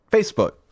Facebook